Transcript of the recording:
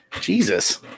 Jesus